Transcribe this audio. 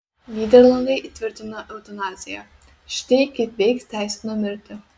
nyderlandai įtvirtino eutanaziją štai kaip veiks teisė numirti